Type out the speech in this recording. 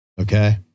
Okay